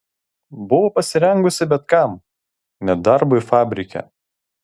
buvo pasirengusi bet kam net darbui fabrike